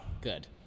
Good